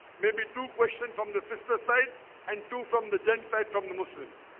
maybe two questions from the sister side and two from the genocide from the muslims